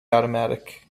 automatic